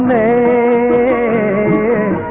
a